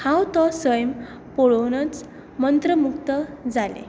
हांव तो सैम पळोवनूच मंत्रमुक्त जालें